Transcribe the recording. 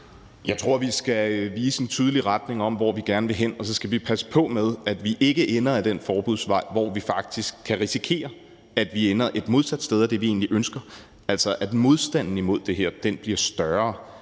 Jeg tror, vi skal vise en tydelig retning for, hvor vi gerne vil hen, og så skal vi passe på med, at vi ikke ender ad den forbudsvej, hvor vi faktisk kan risikere, at vi ender et modsat sted af det, vi egentlig ønsker, altså at modstanden imod det her bliver større,